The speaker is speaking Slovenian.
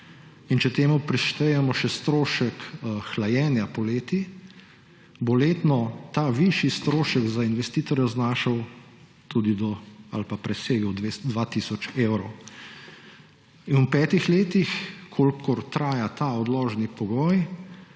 in če k temu prištejemo še strošek hlajenja poleti, bo letno ta višji strošek za investitorja znašal tudi do ali pa presegel 2 tisoč evrov in v petih letih, kolikor traja ta odložni pogoj,